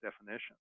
definition